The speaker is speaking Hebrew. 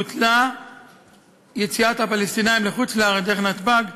בוטלה יציאת הפלסטינים לחוץ-לארץ דרך נתב"ג,